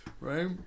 right